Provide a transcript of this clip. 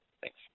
Thanks